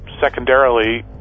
Secondarily